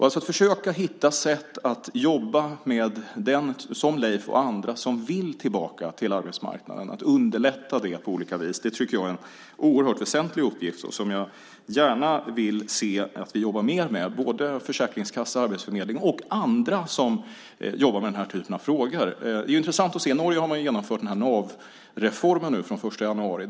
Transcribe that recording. Att försöka hitta sätt att jobba med Leif och andra som vill tillbaka till arbetsmarknaden, att underlätta det på olika vis, tycker jag är en oerhört väsentlig uppgift som jag gärna vill se att vi jobbar mer med, såväl försäkringskassa som arbetsförmedling och andra som jobbar med den här typen av frågor. Det är intressant att se att man i Norge nu har infört den här NAV-reformen från den 1 januari.